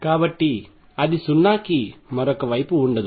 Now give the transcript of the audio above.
కాబట్టి అది 0 కి మరొక వైపు ఉండదు